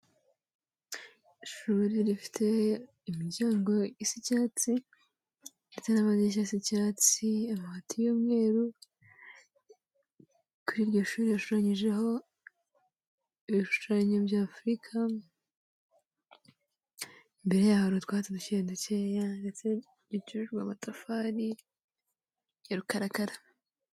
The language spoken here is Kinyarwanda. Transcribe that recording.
Ishuri rifite imiryango isa icyatsi, ndetse n'amadirishya asa icyatsi, amabati y'umweru, kuri iryo shuri hashushanyijeho ibishushanyo by'Afurika, imbere yaho hari utwatsi duke dukeya ndetse dukikijwe amatafari ya rukarakara.